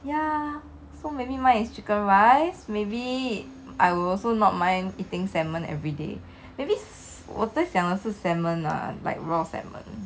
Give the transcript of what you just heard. ya so maybe mine is chicken rice maybe I will also not mind eating salmon everyday maybe 我在想的是 salmon lah like raw salmon